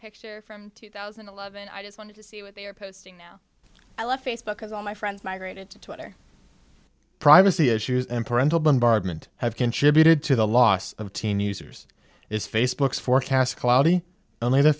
picture from two thousand and eleven i just wanted to see what they are posting now i love facebook as all my friends migrated to twitter privacy issues and parental bombardment have contributed to the loss of teen users is facebook's forecast cloudy only the